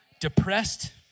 depressed